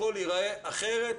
הכול ייראה אחרת.